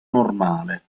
normale